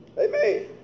Amen